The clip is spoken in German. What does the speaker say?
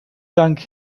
dank